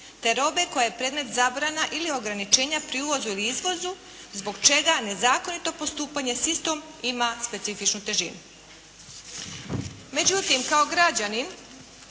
te robe koja je predmet zabrana ili ograničenja pri uvozu ili izvozu zbog čega nezakonito postupanje s istom ima specifičnu težinu. Međutim, kao građanin